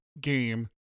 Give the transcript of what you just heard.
game